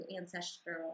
ancestral